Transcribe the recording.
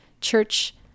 church